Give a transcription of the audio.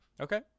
Okay